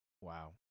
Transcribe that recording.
Wow